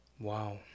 Wow